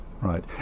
right